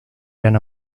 gran